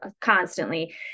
constantly